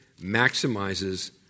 maximizes